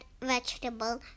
Vegetable